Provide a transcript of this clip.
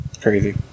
Crazy